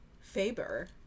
Faber